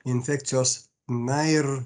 infekcijos na ir